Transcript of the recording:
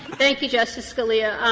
thank you, justice scalia.